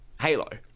Halo